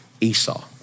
Esau